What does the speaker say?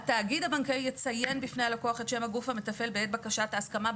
התאגיד הבנקאי יציין בפני הלקוח את שם הגוף המתפעל בעת בקשה ההסכמה,